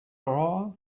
all